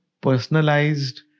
personalized